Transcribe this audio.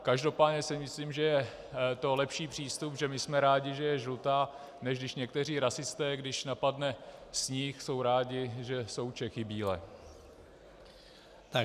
Každopádně si myslím, že je to lepší přístup, že my jsme rádi, že je žlutá, než když někteří rasisté, když napadne sníh, jsou rádi, že jsou Čechy bílé.